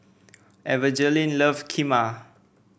Evangeline love Kheema